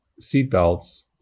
seatbelts